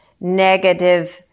negative